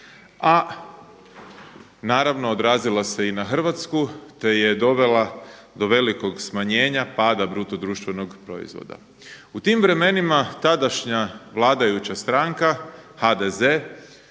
a naravno odrazilo se i na Hrvatsku te je dovela do velikog smanjenja pada bruto društvenog proizvoda. U tim vremenima tadašnja vladajuća stranka HDZ